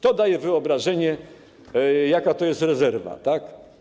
To daje wyobrażenie, jaka to jest rezerwa, tak?